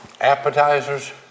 appetizers